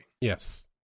Yes